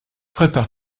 prépare